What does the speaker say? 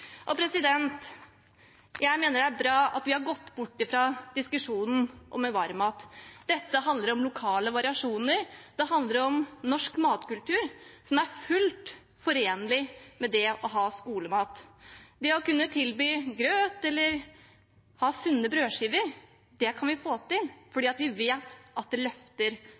Jeg mener det er bra at vi har gått bort fra diskusjonen om varm mat. Dette handler om lokale variasjoner. Det handler om norsk matkultur, som er fullt forenlig med det å ha skolemat. Det å kunne tilby grøt eller ha sunne brødskiver kan vi få til, fordi vi vet at det løfter